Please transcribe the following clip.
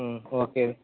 okay